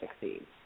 succeed